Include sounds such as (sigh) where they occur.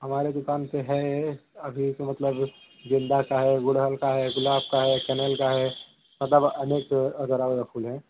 हमारे दुकान पर है अभी मतलब गेंदे का है गुड़हल का है गुलाब का है कनेल का है मतलब अलग से (unintelligible) अदर अदर फूल हैं